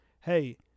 hey